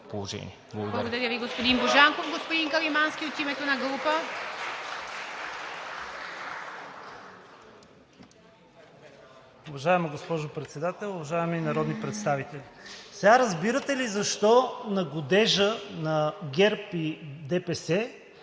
Благодаря Ви, господин Божанков. Господин Каримански от името на група. ЛЮБОМИР КАРИМАНСКИ (ИТН): Уважаема госпожо Председател, уважаеми народни представители! Сега разбирате ли защо на годежа на ГЕРБ и ДПС